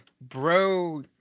bro